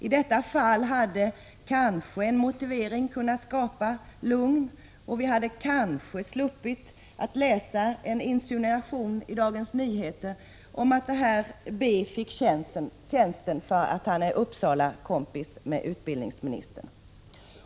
I detta fall hade kanske en motivering kunnat skapa lugn, och vi hade kanske sluppit att läsa en insinuation i Dagens Nyheter om att personen B fick tjänsten därför att han är en Uppsalakompis till utbildningsministern.